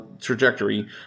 trajectory